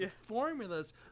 formulas